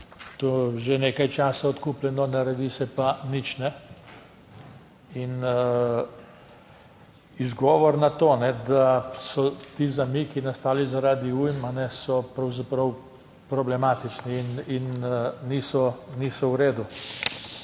to je že nekaj časa odkupljeno, naredi se pa nič, kajne. In izgovor na to, da so ti zamiki nastali zaradi ujm, so pravzaprav problematični in niso, niso v redu.